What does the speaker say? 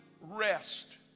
rest